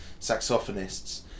saxophonists